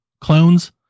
clones